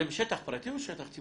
זה בשטח פרטי או בשטח ציבורי?